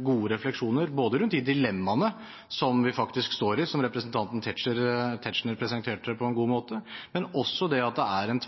gode refleksjoner rundt de dilemmaene som vi faktisk står i, som representanten Tetzschner presenterte på en god måte. Det er også en tverrpolitisk bredde og enighet om dette, som representanten Asphjell gjorde veldig tydelig. Det synes jeg er veldig positivt, og det viser at det i hvert fall er